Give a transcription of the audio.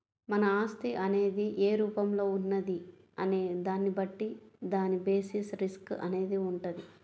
మన ఆస్తి అనేది ఏ రూపంలో ఉన్నది అనే దాన్ని బట్టి దాని బేసిస్ రిస్క్ అనేది వుంటది